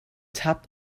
tap